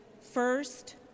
first